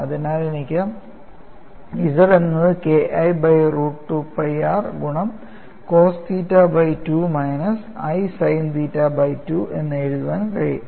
അതിനാൽ എനിക്ക് Z എന്നത് K I by root 2 pi r ഗുണം cos theta by 2 minus i sine theta by 2 എന്ന് എഴുതാൻ കഴിയും